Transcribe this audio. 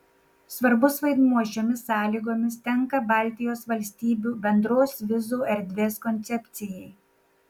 svarbus vaidmuo šiomis sąlygomis tenka baltijos valstybių bendros vizų erdvės koncepcijai